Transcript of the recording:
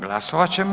Glasovat ćemo.